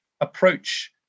approach